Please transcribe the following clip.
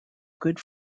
good